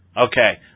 Okay